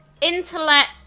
intellect